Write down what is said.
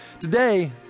Today